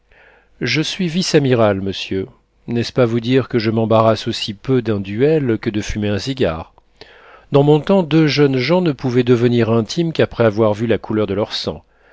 je suis vice-amiral monsieur n'est-ce pas vous dire que je m'embarrasse aussi peu d'un duel que de fumer un cigare dans mon temps deux jeunes gens ne pouvaient devenir intimes qu'après avoir vu la couleur de leur sang